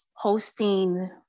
hosting